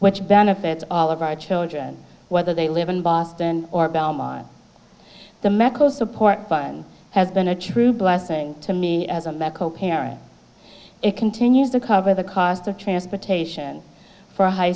which benefits all of our children whether they live in boston or bellmawr the medical support by and has been a true blessing to me as a medical parent it continues to cover the cost of transportation for high